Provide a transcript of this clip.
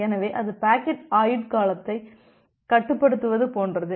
எனவே அது பாக்கெட் ஆயுட்காலத்தை கட்டுப்படுத்துவது போன்றது